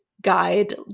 guide